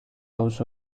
auzo